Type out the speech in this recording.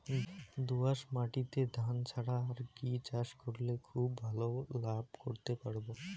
দোয়াস মাটিতে ধান ছাড়া আর কি চাষ করলে খুব ভাল লাভ করতে পারব?